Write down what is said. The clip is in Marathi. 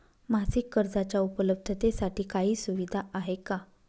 मासिक कर्जाच्या उपलब्धतेसाठी काही सुविधा आहे का?